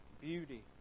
beauty